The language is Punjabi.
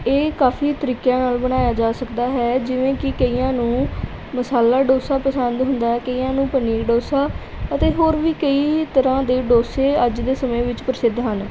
ਇਹ ਕਾਫ਼ੀ ਤਰੀਕਿਆ ਨਾਲ ਬਣਾਇਆ ਜਾ ਸਕਦਾ ਹੈ ਜਿਵੇਂ ਕਿ ਕਈਆ ਨੂੰ ਮਸਾਲਾ ਡੋਸਾ ਪਸੰਦ ਹੁੰਦਾ ਕਈਆਂ ਨੂੰ ਪਨੀਰ ਡੋਸਾ ਅਤੇ ਹੋਰ ਵੀ ਕਈ ਤਰ੍ਹਾਂ ਦੇ ਡੋਸੇ ਅੱਜ ਦੇ ਸਮੇਂ ਵਿੱਚ ਪ੍ਰਸਿੱਧ ਹਨ